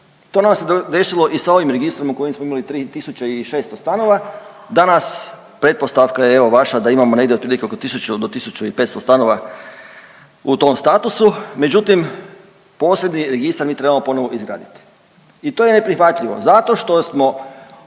To nam se desilo i sa ovim registrom u kojem smo imali 3.600 stanova, danas pretpostavka je evo vaša, da imamo negdje otprilike oko 1000 do 1.500 stanova u tom statusu, međutim posljednji registar mi trebamo ponovno izraditi i to je neprihvatljivo zato što smo